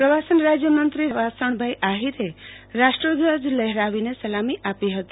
પ્રવાસન રાજ્યમંત્રી વાસણભઈ આહિરે રાષ્ટ્રધ્વજ લહેરાવીને સલામી આપી હતી